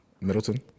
Middleton